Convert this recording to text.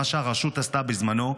מה שהרשות עשתה בזמנו,